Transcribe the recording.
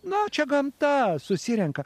na čia gamta susirenka